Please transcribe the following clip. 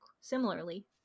similarly